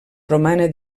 romana